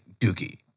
Dookie